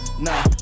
Nah